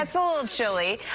it's a little chilly.